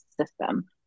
system